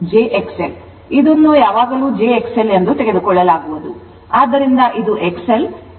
ಇದನ್ನು ಯಾವಾಗಲೂ jXL ಎಂದು ತೆಗೆದುಕೊಳ್ಳಲಾಗುವುದು